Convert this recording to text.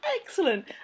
Excellent